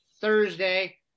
Thursday